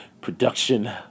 production